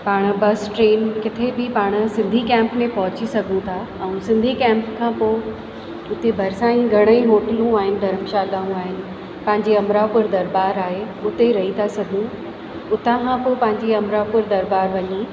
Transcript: पाण bus train किथे बि पाण सिंधी कैंप में पहुची सघूं था ऐं सिंधी कैंप खां पोइ उते बरिसां ई घणे ई होटलूं आहिनि धर्मशालाऊं आहिनि तव्हांजी अमरापुर दरॿारि आहे उते ई रही था सघूं उतां खां पोइ पंहिंजी अमरापुर दरॿारि वञी